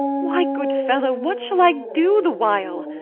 why, good fellow, what shall i do the while?